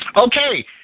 Okay